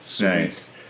Nice